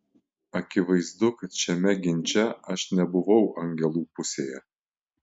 akivaizdu kad šiame ginče aš nebuvau angelų pusėje